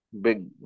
big